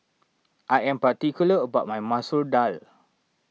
I am particular about my Masoor Dal